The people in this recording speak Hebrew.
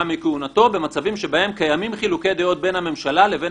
מכהונתו במצבים שבהם קיימים חילוקי דעות בין הממשלה לבין